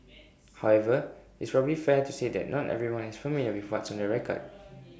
however is probably fair to say that not everyone is familiar with what's on the record